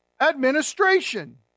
administration